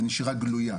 בנשירה גלויה.